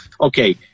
okay